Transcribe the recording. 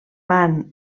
van